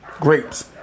grapes